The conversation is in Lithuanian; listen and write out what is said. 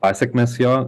pasekmes jo